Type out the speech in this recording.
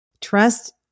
Trust